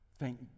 Thank